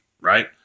right